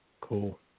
cool